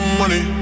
money